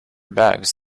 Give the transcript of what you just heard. bags